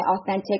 authentic